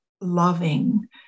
loving